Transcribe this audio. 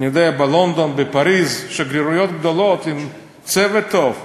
בלונדון, בפריז, שגרירויות גדולות, עם צוות טוב,